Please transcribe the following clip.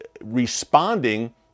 responding